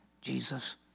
Jesus